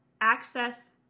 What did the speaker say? access